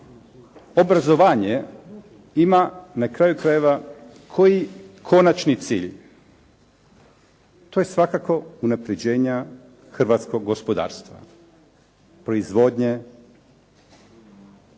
… /Govornik se ne razumije./… konačnici. To je svakako unapređenje hrvatskog gospodarstva, proizvodnje,